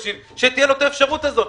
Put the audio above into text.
שתהיה לו את האפשרות הזאת,